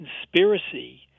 conspiracy